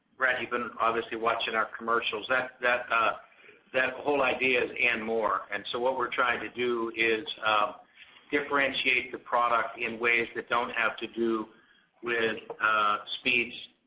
brett, you've been obviously watching our commercials. that that ah that whole ideas and more and so what we're trying to do is um differentiate the product in ways that don't have to do with speeds,